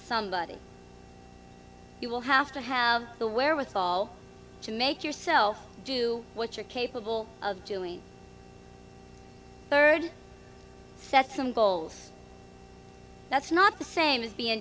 somebody you will have to have the wherewithal to make yourself do what you're capable of doing third set some goals that's not the same as being